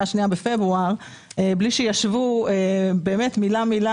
השנייה בפברואר בלי שישבו מילה-מילה,